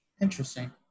Interesting